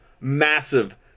massive